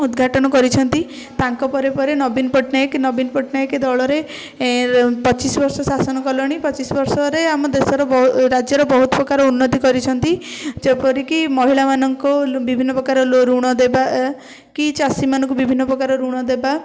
ଉଦଘାଟନ କରିଛନ୍ତି ତାଙ୍କ ପରେ ପରେ ନବୀନ ପଟ୍ଟନାୟକ ନବୀନ ପଟ୍ଟନାୟକ ଦଳରେ ପଚିଶ ବର୍ଷ ଶାସନ କଲେଣି ପଚିଶ ବର୍ଷରେ ଆମ ଦେଶର ବହୁତ ରାଜ୍ୟର ବହୁତ ପ୍ରକାର ଉନ୍ନତି କରିଛନ୍ତି ଯେପରିକି ମହିଳାମାନଙ୍କୁ ବିଭିନ୍ନ ପ୍ରକାର ଲୋ ଋଣ ଦେବା କି ଚାଷୀମାନଙ୍କୁ ବିଭିନ୍ନ ପ୍ରକାର ଋଣ ଦେବା